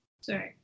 Sorry